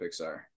pixar